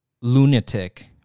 lunatic